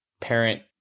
Parent